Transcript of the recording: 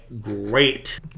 great